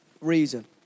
reason